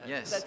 Yes